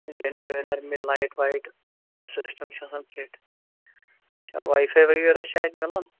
dinner وِنَر میلہِ light وایِٹ سِسٹَم چھُ حظ فِٹ اچھا وَے فے وَغیرہ چھا اَتہِ میلان